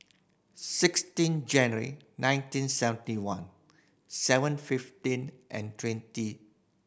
sixteen January nineteen seventy one seven fifteen and twenty